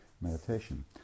meditation